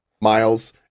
Miles